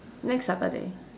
next saturday